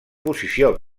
posició